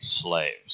slaves